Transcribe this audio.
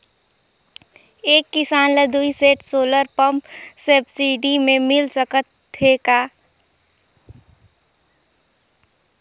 एक किसान ल दुई सेट सोलर पम्प सब्सिडी मे मिल सकत हे का?